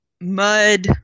mud